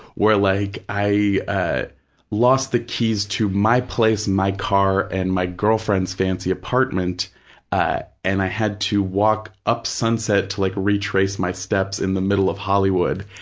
where like i ah lost the keys to my place, my car and my girlfriend's fancy apartment ah and i had to walk up sunset to like retrace my steps in the middle of hollywood,